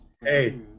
Hey